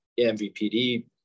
MVPD